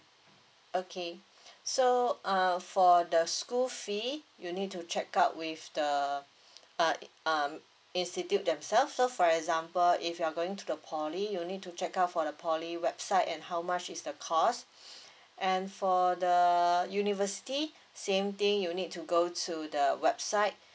okay so uh for the school fee you need to check out with the uh um institute themself so for example if you're going to poly you need to check out for the poly website and how much is the cost and for the university same thing you need to go to the website